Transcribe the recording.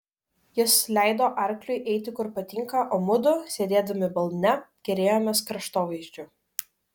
jis leido arkliui eiti kur patinka o mudu sėdėdami balne gėrėjomės kraštovaizdžiu